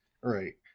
Right